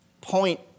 point